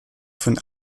von